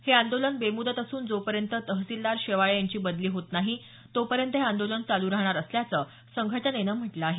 हे आंदोलन बेमुदत असून जोपर्यंत तहसीलदार शेवाळे यांची बदली होत नाही तोपर्यंत हे आंदोलन चालू राहणार असल्याच संघटनेनं म्हटलं आहे